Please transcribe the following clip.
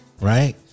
right